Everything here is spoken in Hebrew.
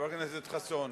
מה החישוב שלך?